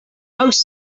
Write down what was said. most